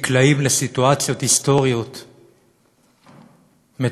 נקלעים לסיטואציות היסטריות מטורפות,